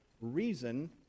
reason